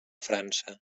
frança